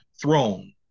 throne